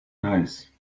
nice